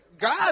God